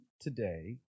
today